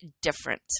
different